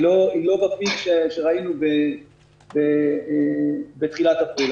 היא לא בפיק שראינו בתחילת אפריל.